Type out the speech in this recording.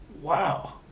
Wow